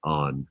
on